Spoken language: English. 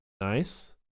Nice